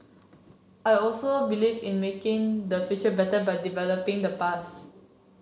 I also believe in making the future better by developing the bus